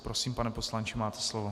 Prosím, pane poslanče, máte slovo.